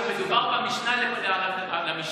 עכשיו, מדובר במשנה למשנה,